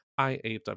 IAW